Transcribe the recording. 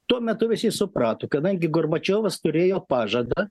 tuo metu visi suprato kadangi gorbačiovas turėjo pažadą